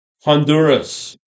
Honduras